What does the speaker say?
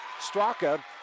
Straka